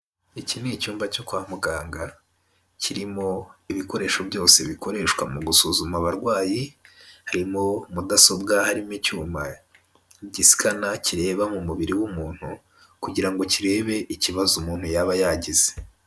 Iki ni icyumba cyo kwa muganga, kirimo ibikoresho byose bikoreshwa mu gusuzuma abarwayi, harimo mudasobwa, harimo icyuma gisikana, kireba mu mubiri w'umuntu kugira ngo kirebe ikibazo umuntu yaba yagize.